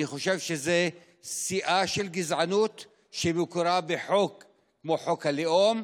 אני חושב שזה שיאה של גזענות שמקורה בחוק כמו חוק הלאום,